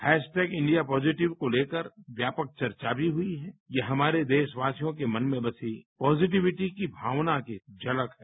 hashtag India positive को लेकर व्यापक चर्चा भी हुई है ये हमारे देशवासियों के मन में बसी पॉजिटिविटी की भावना की झलक है